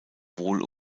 wohl